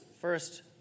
first